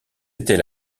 était